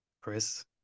Chris